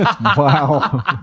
Wow